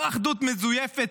לא אחדות מזויפת,